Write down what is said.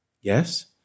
Yes